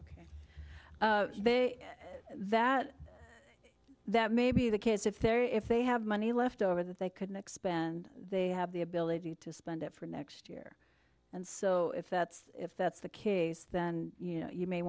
canceled that that maybe the kids if they're if they have money left over that they couldn't expand they have the ability to spend it for next year and so if that's if that's the case then you know you may